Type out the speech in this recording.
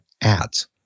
ads